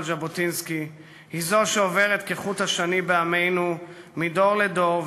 ז'בוטינסקי היא זו שעוברת כחוט השני בעמנו מדור לדור,